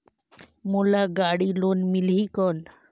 मोला गाड़ी लोन मिलही कौन?